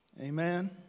Amen